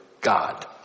God